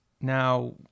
now